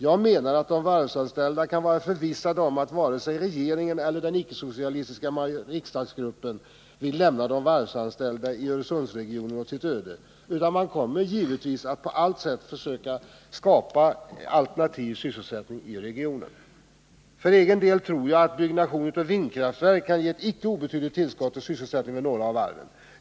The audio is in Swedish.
Jag menar att de varvsanställda kan vara förvissade om att varken regeringen eller den icke-socialistiska riksdagsgruppen vill lämna de varvsanställda i Öresundsregionen åt sitt öde — man kommer givetvis att på alla sätt försöka att skapa alternativ sysselsättning i regionen. För egen del tror jag att byggnation av vindkraftverk kan ge ett icke obetydligt tillskott till sysselsättningen vid några av varven.